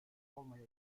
olmaya